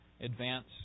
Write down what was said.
advance